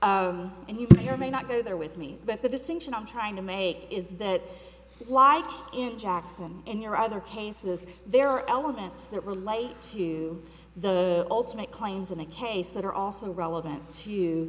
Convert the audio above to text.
and you there may not go there with me but the distinction i'm trying to make is that why in jackson in your other cases there are elements that relate to the ultimate claims in a case that are also relevant to